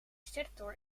sector